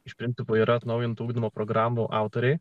iš principo yra atnaujinti ugdymo programų autoriai